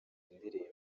indirimbo